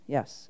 Yes